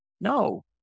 No